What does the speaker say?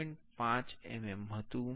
5 mm હતું